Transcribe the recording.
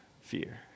fear